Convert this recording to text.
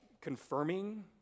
confirming